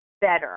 better